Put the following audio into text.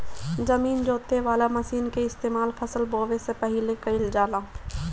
जमीन जोते वाला मशीन के इस्तेमाल फसल बोवे से पहिले कइल जाला